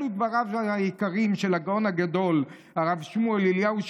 אלו דבריו העיקריים של הגאון הגדול הרב שמואל אליהו,